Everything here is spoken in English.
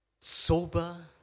sober